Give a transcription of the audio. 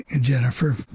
Jennifer